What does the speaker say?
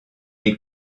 les